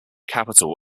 capital